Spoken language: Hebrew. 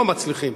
לא מצליחים,